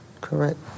Correct